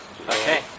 Okay